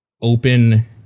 open